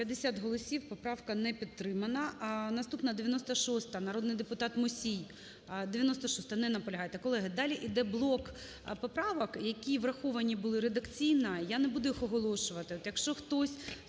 50 голосів, поправка не підтримана. Наступна 96-а. Народний депутат Мусій. 96-а. Не наполягаєте. Колеги, далі іде блок поправок, які враховані були редакційно. Я не буду їх оголошувати.